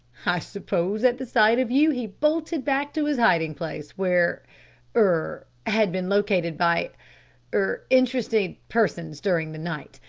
i suppose at the sight of you he bolted back to his hiding place where er had been located by er interested persons during the night,